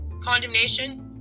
condemnation